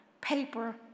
paper